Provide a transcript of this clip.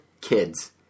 Kids